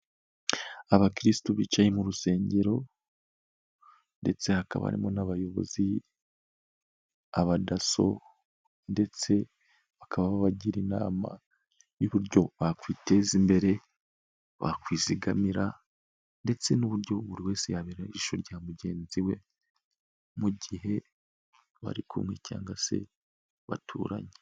Abakirisitu bicaye mu rusengero ndetse hakaba harimo n'abayobozi, abadaso ndetse bakaba bagira inama y'uburyo bakwiteza imbere, bakwizigamira ndetse n'uburyo buri wese yabera ijisho rya mugenzi we mu gihe bari kumwe cyangwa se baturanye.